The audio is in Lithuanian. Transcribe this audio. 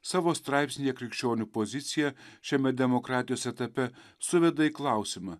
savo straipsnyje krikščionių pozicija šiame demokratijos etape suveda į klausimą